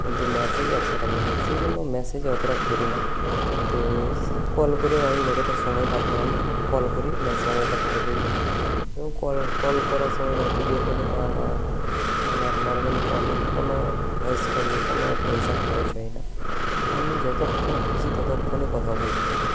কিন্তু ম্যাসেজ একশোটা করে দেয় সেই জন্য ম্যাসেজ অতটা করি না তো সে কল করেই আমি যতটা সময় পার করানো কল করি সময়টা পার করি এবং কল কল করার সময় বা ভিডিও কলে বা আপনার নর্মাল কলে কোনো ভয়েস কলে কোনো পয়সা খরচ হয় না আপনি যতক্ষণ খুশি ততক্ষণই কথা বলতে পারেন